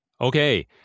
Okay